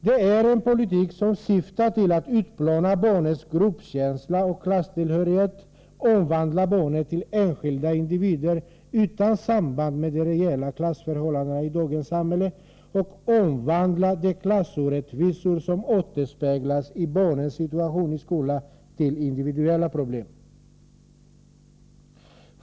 Det är en politik som syftar till att utplåna barnens gruppkänsla och klasstillhörighet, omvandla barnen till enskilda individer utan samband med de reella klassförhållandena i dagens samhälle och omvandla de klassorättvisor som återspeglas i barnens situation i skolan till individuella problem.